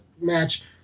match